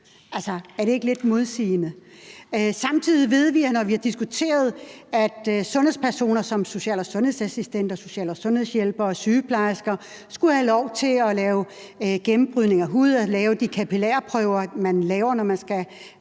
Er det ikke lidt selvmodsigende? Samtidig ved vi, at når vi har diskuteret, at sundhedspersoner som social- og sundhedsassistenter, social- og sundhedshjælpere og sygeplejersker skulle have lov til at lave gennembrydning af hud og tage de kapillærprøver, man tager, når man skal